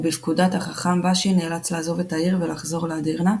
ובפקודת החכם באשי נאלץ לעזוב את העיר ולחזור לאדירנה,